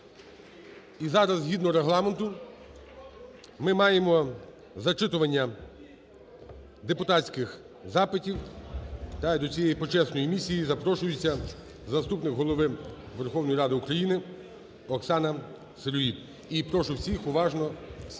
І зараз згідно Регламенту ми маємо зачитування депутатських запитів. І до цієї почесної місії запрошується заступник Голови Верховної Ради України Оксана Сироїд. І прошу всіх уважно